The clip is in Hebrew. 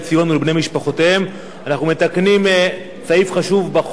ולבני-משפחותיהם (תיקון מס' 6). אנחנו מתקנים סעיף חשוב בחוק,